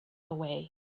away